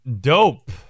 dope